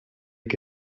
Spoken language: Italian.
che